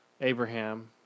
Abraham